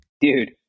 Dude